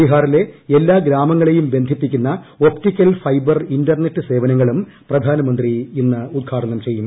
ബിഹാറിലെ എല്ലാ ഗ്രാമങ്ങളേയും ബന്ധിപ്പിക്കുന്ന ഒപ്റ്റിക്കൽ ഫൈബർ ഇന്റർനെറ്റ് സേവനങ്ങളും പ്രധാനമന്ത്രി ഇന്ന് ഉദ്ഘാടനം ചെയ്യും